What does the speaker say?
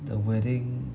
的 wedding